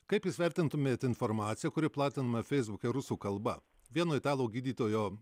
kaip jūs vertintumėt informaciją kuri platinama feisbuke rusų kalba vieno italų gydytojo